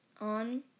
on